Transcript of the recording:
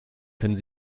können